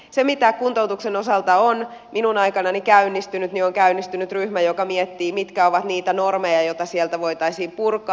se mitä kuntoutuksen osalta on minun aikanani käynnistynyt on ryhmä joka miettii mitkä ovat niitä normeja joita sieltä voitaisiin purkaa